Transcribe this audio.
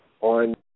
on